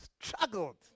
struggled